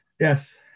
Yes